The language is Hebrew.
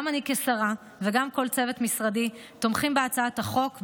גם אני כשרה וגם כל צוות משרדי תומכים בהצעת החוק,